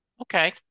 okay